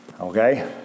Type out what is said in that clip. Okay